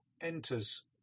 enters